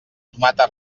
tomata